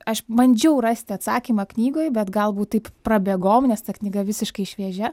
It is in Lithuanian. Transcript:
aš bandžiau rasti atsakymą knygoj bet galbūt taip prabėgom nes ta knyga visiškai šviežia